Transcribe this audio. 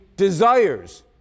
Desires